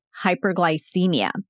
hyperglycemia